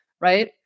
right